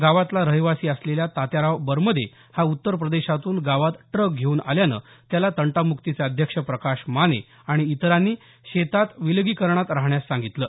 गावातला रहिवासी असलेला तात्याराव बरमदे हा उत्तर प्रदेशातून गावात ट्रक घेऊन आल्यामुळे त्याला तंटामुक्तीचे अध्यक्ष प्रकाश माने आणि इतरांनी शेतात विलगीकरणात राहण्यास सांगितलं